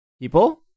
people